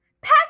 Pass